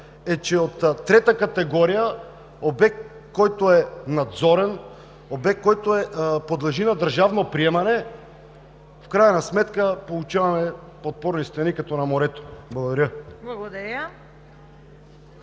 е, че от трета категория обект, който е надзорен, който подлежи на държавно приемане, в крайна сметка получаваме подпорни стени като на морето. Благодаря.